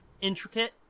Intricate